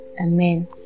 Amen